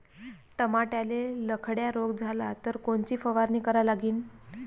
टमाट्याले लखड्या रोग झाला तर कोनची फवारणी करा लागीन?